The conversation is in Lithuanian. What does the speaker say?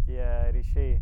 tie ryšiai